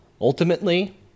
ultimately